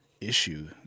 issue